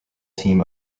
team